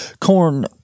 Corn